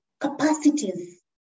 capacities